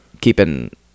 keeping